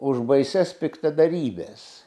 už baisias piktadarybes